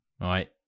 Right